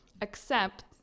accept